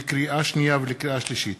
לקריאה שנייה ולקריאה שלישית,